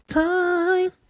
time